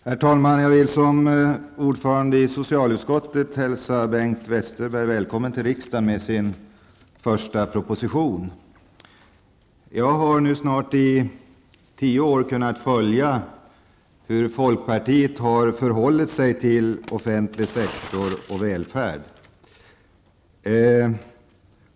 Herr talman! Jag vill som ordförande i socialutskottet hälsa Bengt Westerberg välkommen till riksdagen med sin första proposition. Jag har i snart tio år kunnat följa hur folkpartiet har förhållit sig till offentlig sektor och välfärd.